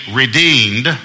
redeemed